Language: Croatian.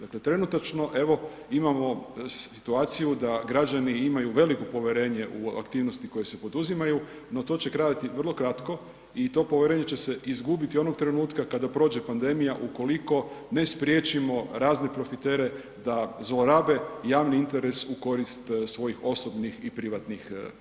Dakle, trenutačno evo imamo situaciju da građani imaju veliko povjerenje u aktivnosti koje se poduzimaju, no to će trajati vrlo kratko i to povjerenje će se izgubiti onog trenutka kada prođe pandemija ukoliko ne spriječimo razne profitere da zlorabe javni interes u korist svojih osobnih i privatnih potreba.